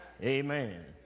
amen